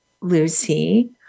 Lucy